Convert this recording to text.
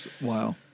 Wow